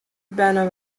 berne